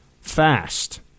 fast